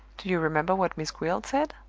do you remember what miss gwilt said?